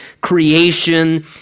creation